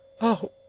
Oh